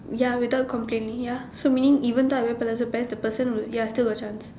ya without complaining ya so meaning even though I wear pleated pants the person would ya still got chance